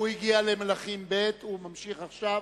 הוא הגיע למלכים ב', הוא ממשיך עכשיו